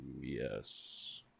Yes